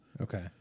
Okay